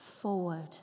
forward